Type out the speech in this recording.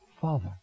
Father